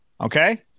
okay